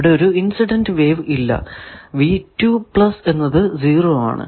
ഇവിടെ ഒരു incident wave ഇല്ല എന്നത് 0 ആണ്